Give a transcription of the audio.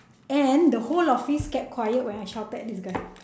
and the whole office kept quiet when I shouted at this guy